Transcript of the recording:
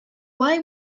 why